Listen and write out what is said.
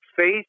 faith